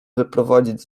wyprowadzić